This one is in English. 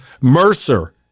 Mercer